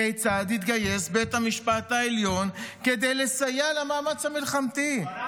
כיצד התגייס בית המשפט העליון כדי לסייע למאמץ המלחמתי?